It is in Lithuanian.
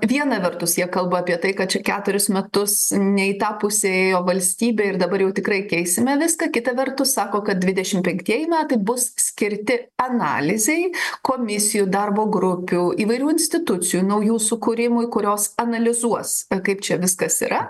viena vertus jie kalba apie tai kad čia keturis metus ne į tą pusę ėjo valstybė ir dabar jau tikrai keisime viską kita vertus sako kad dvidešim penktieji metai bus skirti analizei komisijų darbo grupių įvairių institucijų naujų sukūrimui kurios analizuos kaip čia viskas yra